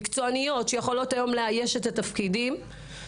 מקצועניות שיכולות היום לאייש את התפקידים.